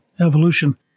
evolution